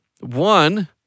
One